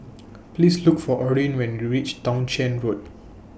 Please Look For Orrin when YOU REACH Townshend Road